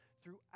Throughout